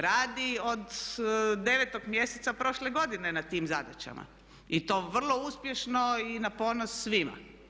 Radi od 9. mjeseca prošle godine na tim zadaćama, i to vrlo uspješno i na ponos svima.